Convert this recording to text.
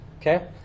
okay